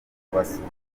kubasura